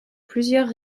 plusieurs